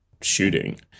shooting